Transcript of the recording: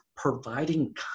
Providing